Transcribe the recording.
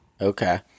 Okay